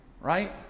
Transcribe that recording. right